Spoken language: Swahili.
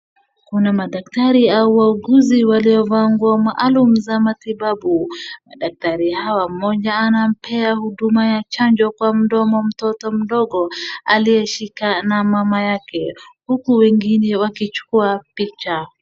Kuna madaktari au wauguzi waliovaa nguo maalum za matibabu, madaktari hawa mmoja anampea huduma ya chanjo kwa mdomo mtoto mdogo aliyeshikwa na mama yake huku wengine wakichukua picha.